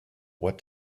what